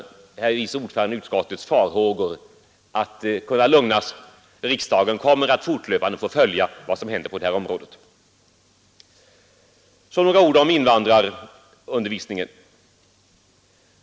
Jag tror att utskottets vice ordförandes farhågor i det avseendet kan stillas; riksdagen kommer fortlöpande att kunna följa vad som händer på detta område. Så några ord om invandrarundervisningen.